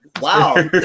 Wow